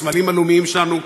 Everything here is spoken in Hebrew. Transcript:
הסמלים הלאומיים שלנו,